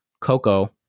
Coco